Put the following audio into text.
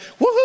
woohoo